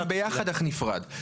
אתם ביחד, אך נפרד.